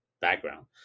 background